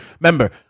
Remember